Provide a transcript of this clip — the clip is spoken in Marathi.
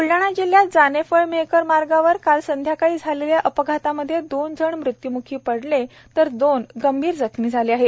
ब्लडाणा जिल्ह्यात जानेफळ मेहकर मार्गावर काल संध्याकाळी झालेल्या अपघातामधे दोन जण मृत्यूमुखी पडले तर दोघं गंभीर जखमी झाले आहेत